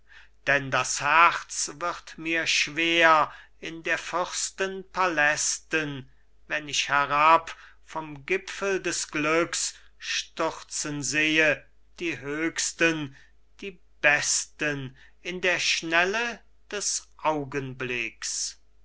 denn das herz wird mir schwer in der fürsten palästen wenn ich herab vom gipfel des glücks stürzen sehe die höchsten die besten in der schnelle des augenblicks